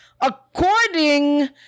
According